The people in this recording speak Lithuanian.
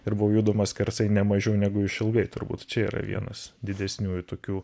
ir buvo judama skersai ne mažiau negu išilgai turbūt čia yra vienas didesniųjų tokių